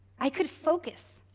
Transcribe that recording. i could focus.